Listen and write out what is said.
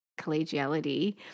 Collegiality